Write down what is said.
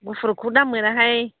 गुफुरखौ दा मोनाहाय